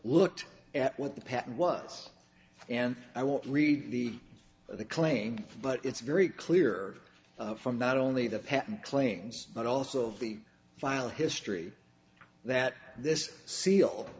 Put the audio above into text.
looked at what the patent was and i won't read the of the claim but it's very clear from not only the patent claims but also the file history that this seal